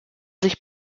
sich